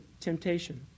temptation